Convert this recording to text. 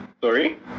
Sorry